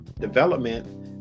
development